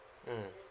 mm